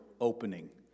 opening